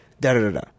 da-da-da-da